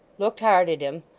looked hard at him,